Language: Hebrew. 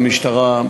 במשטרה,